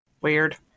Weird